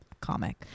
comic